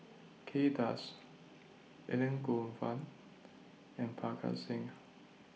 Kay Das Elangovan and Parga Singh